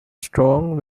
strong